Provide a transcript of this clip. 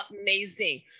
Amazing